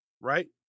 Right